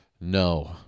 No